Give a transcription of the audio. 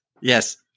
Yes